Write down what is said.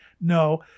No